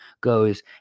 goes